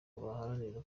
baharanire